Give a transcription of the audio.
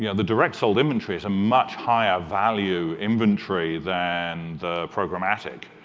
yeah the direct-sold inventory is a much higher value inventory than the programmatic.